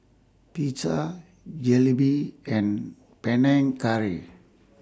Pizza Jalebi and Panang Curry